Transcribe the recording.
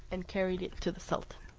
and carried it to the sultan.